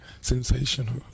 Sensational